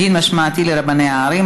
דין משמעתי לרבני ערים),